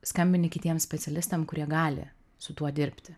skambini kitiem specialistam kurie gali su tuo dirbti